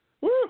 Woo